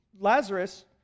Lazarus